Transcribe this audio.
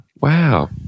Wow